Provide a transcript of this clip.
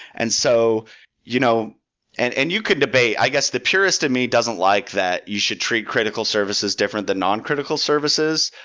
and so you know and and you can debate i guess the purist in me doesn't like that you should treat critical services different than noncritical services.